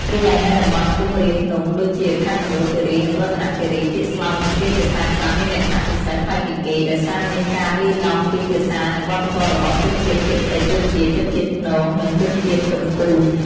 រីឯនៅតំបន់ខ្ពង់រាបភ្នំដូចជាខេត្តមណ្ឌលគិរីនិងរតនគិរី ពាក្យស្លោកនិងគ្រាមភាសាខ្លះមានលក្ខណៈពិសេសប្លែកពីគេ ដោយសារមានការលាយឡំពីភាសានិងវប្បធម៌របស់ជនជាតិភាគតិចដូចជា ជនជាតិព្នង និងជនជាតិទំពូន។